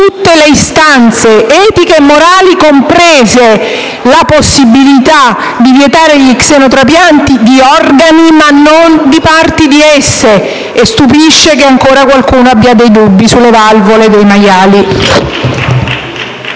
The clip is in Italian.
tutte le istanze, etiche e morali, compresa la possibilità di vietare gli xenotrapianti di organi, ma non di parti di esse. Stupisce che ancora qualcuno abbia dei dubbi sulle valvole dei maiali.